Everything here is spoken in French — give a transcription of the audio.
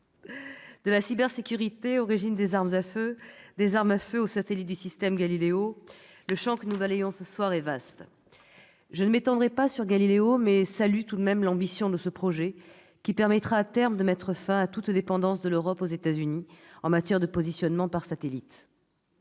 De la cybersécurité aux régimes des armes à feu, des armes à feu aux satellites du système Galileo, le champ que nous balayons ce soir est vaste. Je ne m'étendrai pas sur Galileo, mais je salue tout de même l'ambition de ce projet, qui permettra à terme de mettre fin à toute dépendance de l'Europe aux États-Unis en matière de positionnement par satellite.